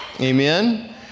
Amen